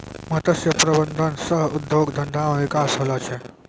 मत्स्य प्रबंधन सह उद्योग धंधा मे बिकास होलो छै